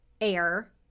air